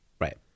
Right